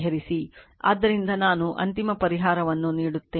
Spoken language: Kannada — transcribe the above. ಆದ್ದರಿಂದ ನಾನು ಅಂತಿಮ ಪರಿಹಾರವನ್ನು ನೀಡುತ್ತೇನೆ